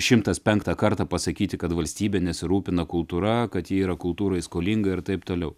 šimtas penktą kartą pasakyti kad valstybė nesirūpina kultūra kad ji yra kultūrai skolinga ir taip toliau